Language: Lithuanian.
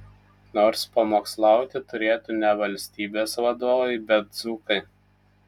nors pamokslauti turėtų ne valstybės vadovai bet dzūkai